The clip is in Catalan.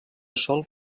sòl